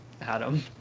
adam